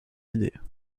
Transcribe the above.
idées